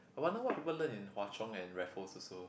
I wonder what people learn in Hwa Chong and Raffles also